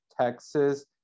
Texas